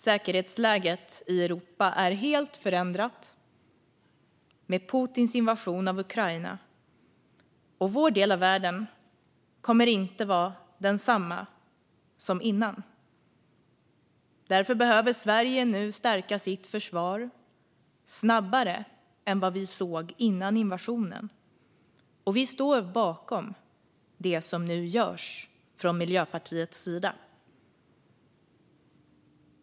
Säkerhetsläget i Europa är helt förändrat i och med Putins invasion av Ukraina, och vår del av världen kommer inte att vara densamma som innan detta hände. Därför behöver Sverige nu stärka sitt försvar snabbare än vi såg innan invasionen, och vi står från Miljöpartiets sida bakom det som nu görs.